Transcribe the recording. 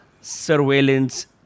surveillance